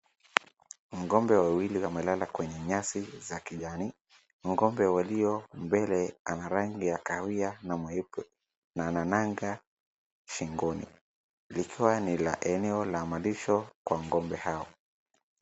Ng'ombe wawili wamelala kwenye nyasi za kijani. Ng'ombe walio mbele ana rangi ya kahawia na mweupe na ana naga shingoni, likiwa ni eneo la malisho wa ng'ombe hao.